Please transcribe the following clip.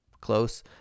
close